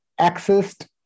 accessed